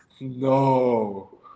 No